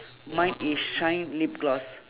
mine is shine lip gloss